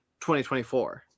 2024